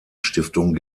stiftung